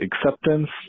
acceptance